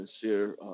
sincere